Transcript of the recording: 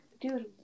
dude